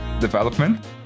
development